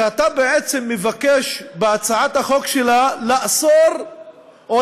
הוא שאתה בעצם מבקש בהצעת החוק שלך לאסור או